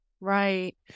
Right